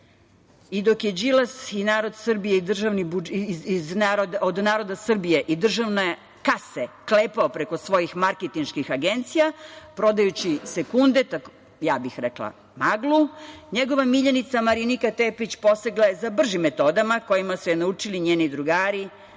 I dok je Đilas od naroda Srbije i državne kase klepao preko svojih marketinških agencija, prodajući sekunde, ja bih rekla maglu, njegova miljenica Marinika Tepić posegla je za bržim metodama, kojima su je naučili njeni drugari,